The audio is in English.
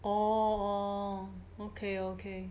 orh orh okay okay